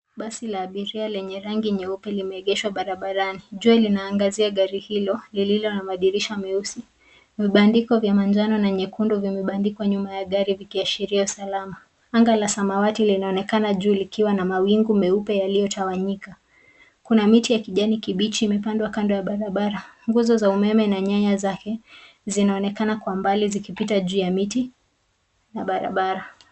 Nasi la abiria lenye rangi nyeupe limeegeshwa kando ya barabara. Jua linaangazia gari hilo lililo na madirisha meusi. Vibandiko vya manjano na nyekundu vimebandikwa nyuma ya gari vikiashiria usalama. Anga la samawati linaonekana juu likiwa na mawingu meupe yaliyotawanyika. Kuna miti ya kijani kibichi imepandwa kando ya barabara. Nguzo za umeme na nyaya zake zinaonekana kwa mbali zikipita juu ya miti na barabara.